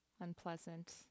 unpleasant